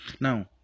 Now